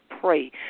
pray